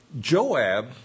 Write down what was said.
Joab